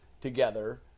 together